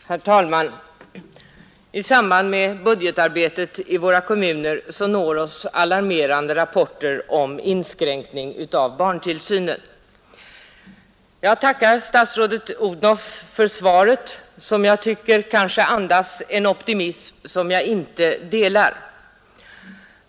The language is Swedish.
Herr talman! I samband med budgetarbetet i våra kommuner når oss alarmerande rapporter om inskränkning av barntillsynen. Jag tackar statsrådet fru Odhnoff för svaret, som jag tycker andas en optimism som jag inte delar.